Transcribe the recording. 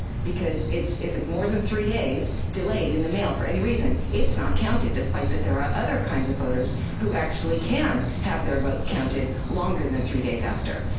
because if it's more than three days delayed in the mail for any reason, it's not counted. despite that there are other kinds of voters who actually can have their votes counted longer than three days after.